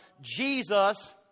jesus